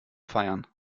feiern